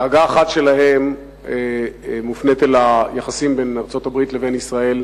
דאגה אחת שלהם מופנית אל היחסים בין ארצות-הברית לבין ישראל,